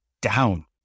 down